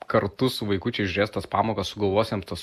kartu su vaikučiais žiūrės tas pamokas sugalvos jiems tas